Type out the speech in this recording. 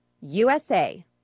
USA